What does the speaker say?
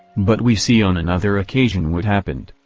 but we see on another occasion what happened.